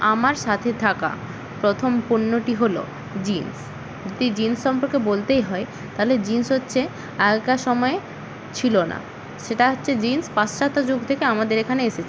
আমার সাথে থাকা প্রথম পণ্যটি হলো জিন্স যদি জিন্স সম্পর্কে বলতেই হয় তালে জিন্স হচ্ছে আগেকার সময় ছিলো না সেটা হচ্ছে জিন্স পাশ্চাত্য যুগ থেকে আমাদের এখানে এসেছে